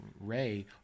Ray